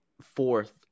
fourth